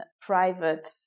private